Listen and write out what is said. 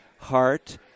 heart